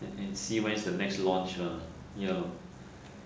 and and see when is the next launch lah ya